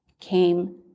came